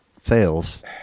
sales